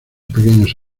pequeños